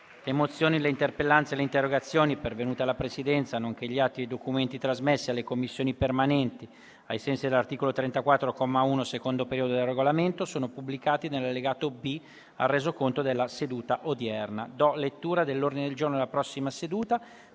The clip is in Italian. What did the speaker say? Le mozioni, le interpellanze e le interrogazioni pervenute alla Presidenza, nonché gli atti e i documenti trasmessi alle Commissioni permanenti ai sensi dell'articolo 34, comma 1, secondo periodo, del Regolamento sono pubblicati nell'allegato B al Resoconto della seduta odierna. **Ordine del giorno per la seduta